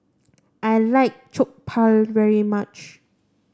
I like Jokbal very much